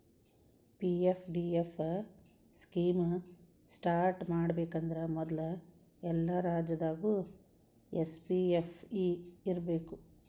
PFDF scheme start ಮಾಡಬೇಕಂದ್ರ ಮೊದ್ಲು ಎಲ್ಲಾ ರಾಜ್ಯದಾಗು ಎಸ್.ಪಿ.ಎಫ್.ಇ ಇರ್ಬೇಕು